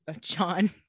John